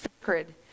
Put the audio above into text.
sacred